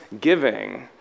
giving